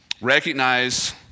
recognize